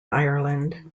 ireland